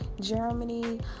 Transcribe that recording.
Germany